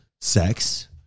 sex